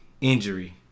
injury